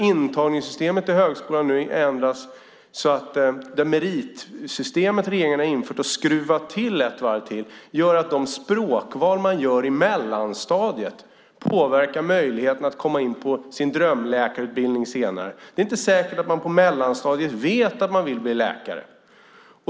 Intagningssystemet ändras så att det meritsystem som regeringen infört och skruvat till ett varv gör att de språkval man gör i mellanstadiet påverkar möjligheten att komma in på sin drömläkarutbildning senare. Det är inte säkert att man på mellanstadiet vet att man vill bli läkare.